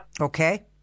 Okay